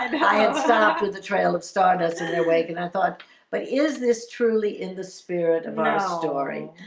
um had stopped with the trail of stardust and awake and i thought but is this truly in the spirit of our story?